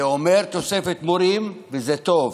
זה אומר תוספת מורים וזה טוב,